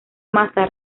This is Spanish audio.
massa